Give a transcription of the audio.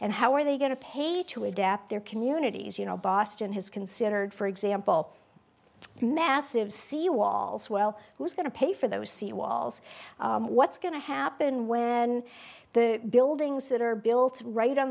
and how are they going to pay to adapt their communities you know boston has considered for example massive seawalls well who's going to pay for those sea walls what's going to happen when the buildings that are built right on